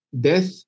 death